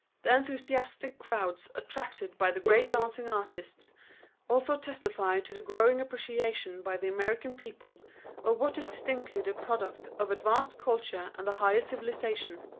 the enthusiastic crowds attracted by the great dancing artists also testify to the growing appreciation by the american people of what is distinctively the product of advanced culture and the higher civilization.